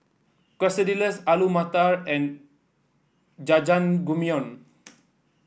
Quesadillas Alu Matar and Jajangmyeon